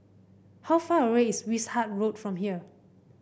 how far away is Wishart Road from here